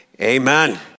amen